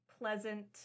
pleasant